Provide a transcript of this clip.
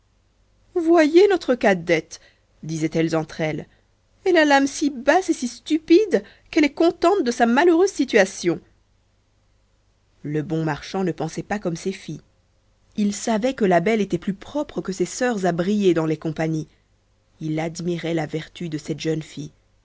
voyez notre cadette disaient-elles entr'elles elle a l'âme basse et est si stupide qu'elle est contente de sa malheureuse situation le bon marchand ne pensait pas comme ses filles il savait que la belle était plus propre que ses sœurs à briller dans les compagnies il admirait la vertu de cette jeune fille